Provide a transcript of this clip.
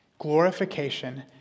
Glorification